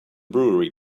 brewery